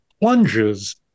plunges